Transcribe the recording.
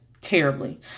terribly